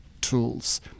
tools